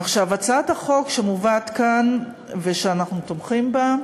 עכשיו, הצעת החוק שמובאת כאן, ושאנחנו תומכים בה,